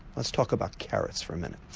let's talk about carrots for a minute.